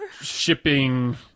Shipping